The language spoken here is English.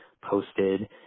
posted